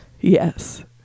Yes